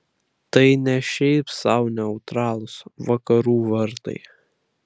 tai ne šiaip sau neutralūs vakarų vartai